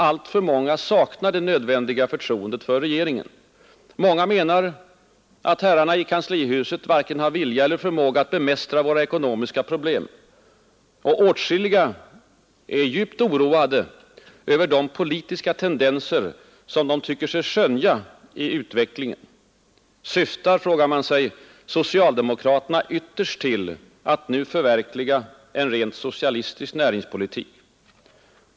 Alltför många saknar det nödvändiga förtroendet för regeringen. Många menar att herrarna i kanslihuset varken har vilja eller förmåga att bemästra våra ekonomiska problem. Och åtskilliga är djupt oroade över de politiska tendenser som man tycker sig skönja i utvecklingen. Syftar, frågar man sig, socialdemokraterna ytterst till att nu förverkliga en rent socialistisk näringspolitik?